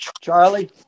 Charlie